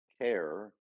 care